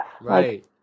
Right